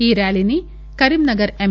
ఈ ర్యాలీని కరీంనగర్ ఎం